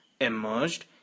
emerged